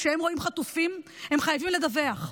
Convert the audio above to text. כשהם רואים חטופים הם חייבים לדווח.